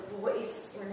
voice